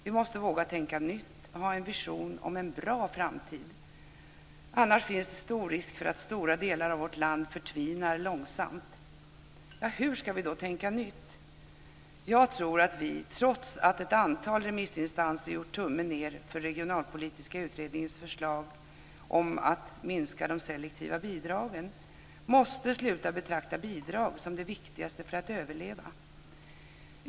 Vi måste våga tänka nytt, ha en vision om en bra framtid - annars finns det stor risk för att stora delar av vårt land förtvinar långsamt. Hur ska vi då tänka nytt? Jag tror att vi, trots att ett antal remissinstanser gjort tummen ned för Regionalpolitiska utredningens förslag att minska de selektiva bidragen, måste sluta att betrakta bidrag som det viktigaste för att överleva.